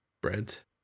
Brent